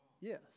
Yes